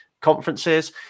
conferences